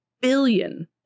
billion